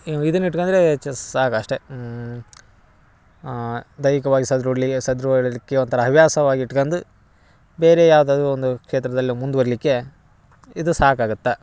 ಇದನ್ನ ಇಟ್ಕಂಡ್ರೇ ಚಸ್ ಸಾಕು ಅಷ್ಟೆ ದೈಹಿಕವಾಗಿ ಒಂತರ ಹವ್ಯಾಸವಾಗಿ ಇಟ್ಕಂಡು ಬೇರೆ ಯಾವ್ದಾದರು ಒಂದು ಕ್ಷೇತ್ರದಲ್ಲಿ ಮುಂದ್ವರಿಲಿಕ್ಕೆ ಇದು ಸಾಕಾಗತ್ತೆ